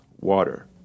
water